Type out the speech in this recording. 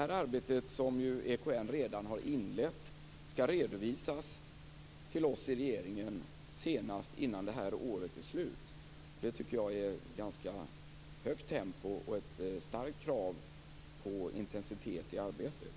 Detta arbete, som ju EKN redan har inlett, skall redovisas till oss i regeringen senast före årets slut. Det tycker jag är ett ganska högt tempo och ett starkt krav på intensitet i arbetet.